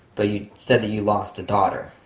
but you said that you lost a daughter.